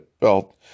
belt